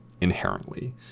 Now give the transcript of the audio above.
inherently